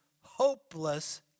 hopeless